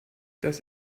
das